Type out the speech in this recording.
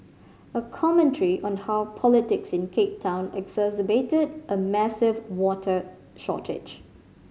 a commentary on how politics in Cape Town exacerbated a massive water shortage